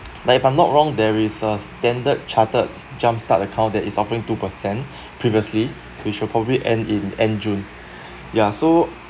but if I'm not wrong there is a standard chartered jump start account that is offering two percent previously it should probably end in end june ya so